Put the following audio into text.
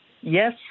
Yes